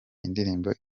indirimbo